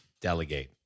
delegate